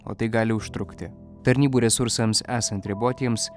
o tai gali užtrukti tarnybų resursams esant ribotiems